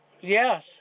Yes